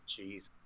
Jeez